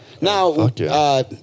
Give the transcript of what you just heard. Now